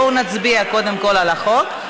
בואו נצביע קודם כול על הצעת החוק.